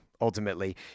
ultimately